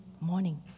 morning